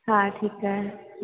हा ठीकु आहे